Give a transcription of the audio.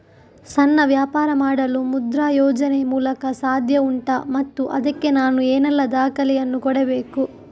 ಸಣ್ಣ ವ್ಯಾಪಾರ ಮಾಡಲು ಮುದ್ರಾ ಯೋಜನೆ ಮೂಲಕ ಸಾಧ್ಯ ಉಂಟಾ ಮತ್ತು ಅದಕ್ಕೆ ನಾನು ಏನೆಲ್ಲ ದಾಖಲೆ ಯನ್ನು ಕೊಡಬೇಕು?